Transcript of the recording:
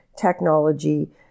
technology